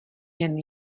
jen